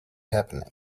happening